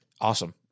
Awesome